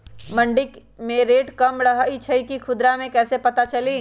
मंडी मे रेट कम रही छई कि खुदरा मे कैसे पता चली?